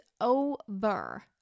over